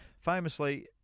Famously